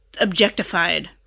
objectified